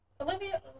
olivia